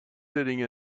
sitting